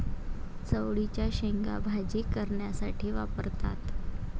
चवळीच्या शेंगा भाजी करण्यासाठी वापरतात